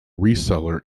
reseller